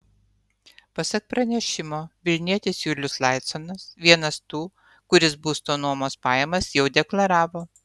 pasak pranešimo vilnietis julius laiconas vienas tų kuris būsto nuomos pajamas jau deklaravo